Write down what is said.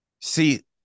See